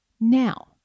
now